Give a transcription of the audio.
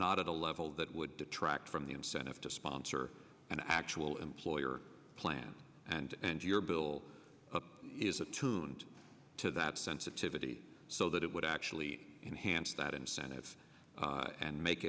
not at a level that would detract from the incentive to sponsor an actual employer plan and and your bill is it tuned to that sensitivity so that it would actually enhance that incentive and make